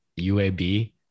UAB